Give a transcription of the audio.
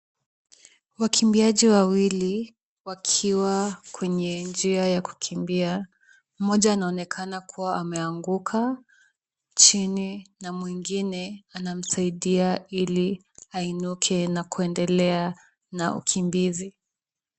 Wakimbiaji wawili wakiwa kwenye njia ya kukimbia, moja anaonekana kuwa ameanguka chini na mwingine anamsaidia ili ainuke na kuendelea na ukimbizi.